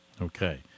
Okay